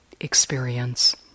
experience